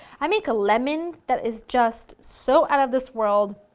i make a lemon that is just so out of this world,